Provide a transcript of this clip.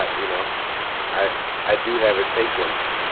ah you know i i do have a take on that.